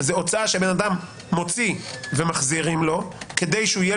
זאת הוצאה שאדם מוציא ומחזירים לו כדי שיהיה